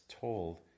told